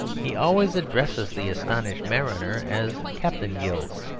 he always addresses the astonished mariner as captain gills.